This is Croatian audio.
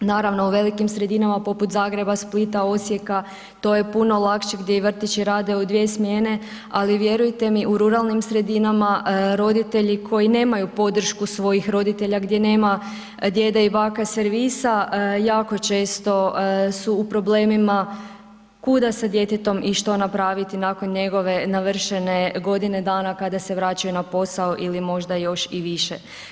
Naravno u velikim sredinama poput Zagreba, Splita, Osijeka to je puno lakše, gdje i vrtići rade u dvije smjene, ali vjerujte mi u ruralnim sredinama roditelji koji nemaju podršku svojih roditelja gdje nema djeda i baka servisa, jako često su u problemima kuda sa djetetom i što napraviti nakon njegove navršene godine dana kada se vraćaju na posao ili možda još i više.